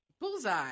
Bullseye